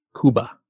Cuba